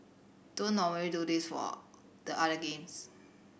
don't normally do this for the other games